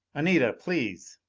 anita, please.